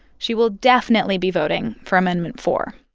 she will definitely be voting for amendment four